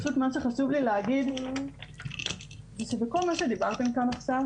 פשוט מה שחשוב לי להגיד הוא שבכל מה שדיברתם כאן עכשיו,